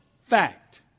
fact